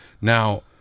Now